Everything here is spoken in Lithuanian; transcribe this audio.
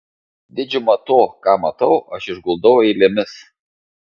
didžiumą to ką matau aš išguldau eilėmis